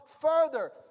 further